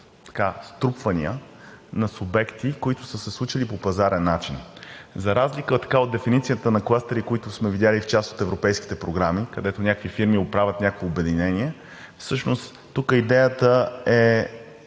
струпвания на субекти, които са се случили по пазарен начин. За разлика от дефиницията на клъстери, които сме видели в част от европейските програми, където някакви фирми правят някакво обединение, всъщност тук идеята е